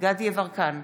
דסטה גדי יברקן,